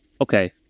okay